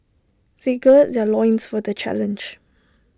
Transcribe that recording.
they gird their loins for the challenge